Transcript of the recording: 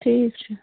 ٹھیٖک چھُ